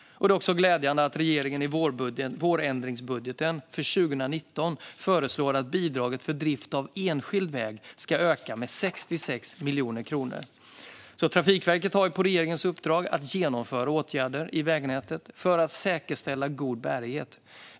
Det är också glädjande att regeringen i vårändringsbudgeten för 2019 föreslår att bidraget för drift av enskild väg ska öka med 66 miljoner kronor. Trafikverket har regeringens uppdrag att genomföra åtgärder i vägnätet för att säkerställa god bärighet.